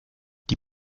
die